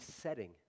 setting